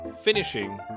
finishing